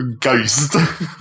Ghost